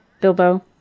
Bilbo